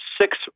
six